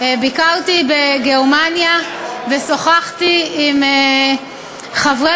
שכשביקרתי בגרמניה ושוחחתי עם חברי